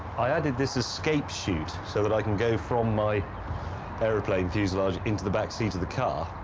i added this escape chute so that i can go from my aeroplane fuselage into the back seat of the car,